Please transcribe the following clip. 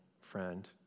friend